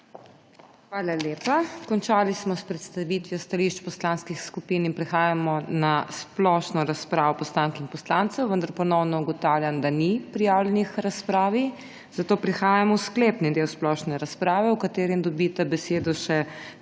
Hvala lepa. Končali smo s predstavitvijo stališč poslanskih skupin. Prehajamo na splošno razpravo poslank in poslancev, vendar ponovno ugotavljam, da ni prijavljenih k razpravi, zato prehajamo v sklepni del splošne razprave, v katerem dobita besedo še